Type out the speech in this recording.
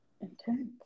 Intense